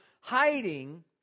hiding